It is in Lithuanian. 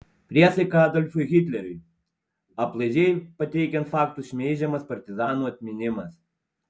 priesaika adolfui hitleriui aplaidžiai pateikiant faktus šmeižiamas partizanų atminimas